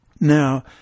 Now